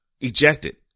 ejected